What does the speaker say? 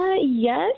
Yes